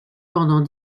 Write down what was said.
pendant